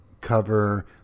cover